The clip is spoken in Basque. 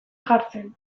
jartzen